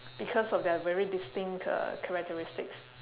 because of their very distinct uh characteristics